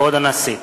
כבוד הנשיא!